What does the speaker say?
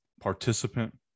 participant